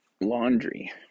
laundry